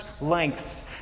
lengths